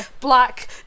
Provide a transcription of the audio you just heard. black